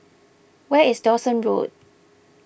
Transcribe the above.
where is Dawson Road